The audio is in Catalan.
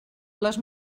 les